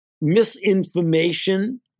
misinformation